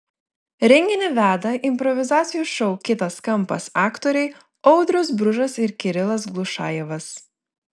renginį veda improvizacijų šou kitas kampas aktoriai audrius bružas ir kirilas glušajevas